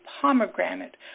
pomegranate